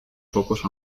pocos